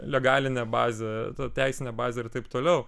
legalinė bazė teisinė bazė ir taip toliau